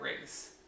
Race